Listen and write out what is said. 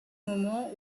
moment